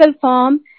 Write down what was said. form